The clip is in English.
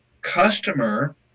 customer